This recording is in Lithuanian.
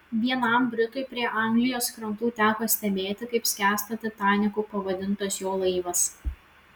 vienam britui prie anglijos krantų teko stebėti kaip skęsta titaniku pavadintas jo laivas